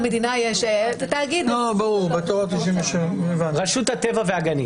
רשות הטבע והגנים.